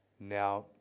Now